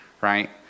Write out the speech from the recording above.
right